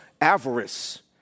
avarice